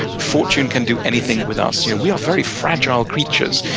fortune can do anything with us. you know we are very fragile creatures.